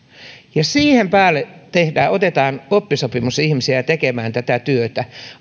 ja siihen päälle otetaan oppisopimusihmisiä tekemään tätä työtä